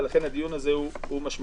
ולכן הדיון הזה משמעותי,